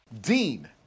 Dean